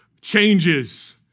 Changes